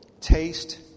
taste